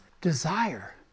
desire